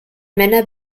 männer